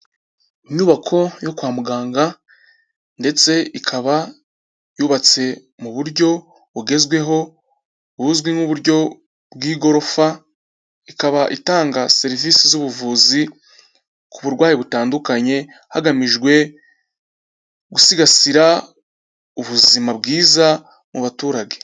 Inyubako yo kwa muganga ndetse ikaba yubatse mu buryo bugezweho buzwi nk'uburyo bw'igorofa, ikaba itanga serivisi z'ubuvuzi ku burwayi butandukanye, hagamijwe gusigasira ubuzima bwiza mu baturage.